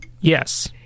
Yes